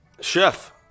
chef